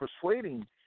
persuading